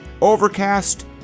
Overcast